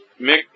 Mick